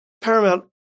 Paramount